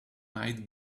might